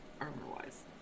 armor-wise